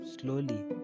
slowly